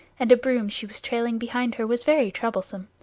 and a broom she was trailing behind her was very troublesome.